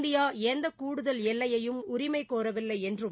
India எந்த கூடுதல் எல்லையையும் உரிமை கோரவில்லை என்றும்